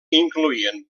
incloïen